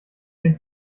den